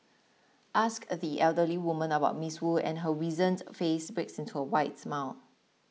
ask the elderly woman about Miss Wu and her wizened face breaks into a wide smile